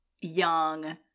young